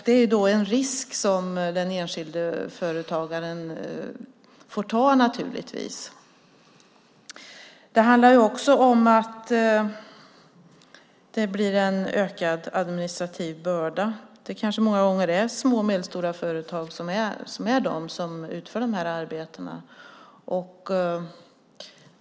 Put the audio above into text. Det är en risk som den enskilde företagaren naturligtvis får ta. Det blir också en ökad administrativ börda. Det är kanske många gånger små och medelstora företag som utför arbetena.